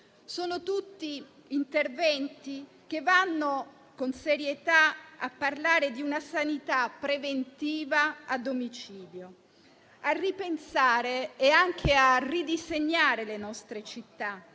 Sono tutti interventi che vanno con serietà a parlare di una sanità preventiva a domicilio; a ripensare e a ridisegnare le nostre città,